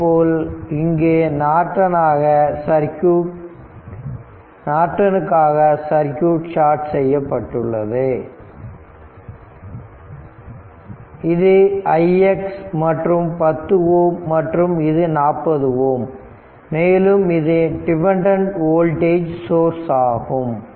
அதேபோல் இங்கு நார்ட்டன்காக சர்க்யூட் ஷார்ட் செய்யப்பட்டுள்ளது இது ix மற்றும் இது 10 Ω மற்றும் இது 40 Ω மேலும் இது டிபெண்டன்ட் வோல்டேஜ் சோர்ஸ்ஆகும்